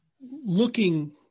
looking